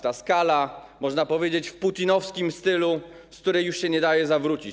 Ta skala, można powiedzieć w putinowskim stylu, z której już się nie daje zawrócić.